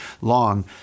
long